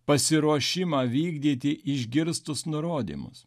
pasiruošimą vykdyti išgirstus nurodymus